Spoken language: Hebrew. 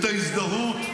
ההזדהות,